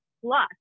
Plus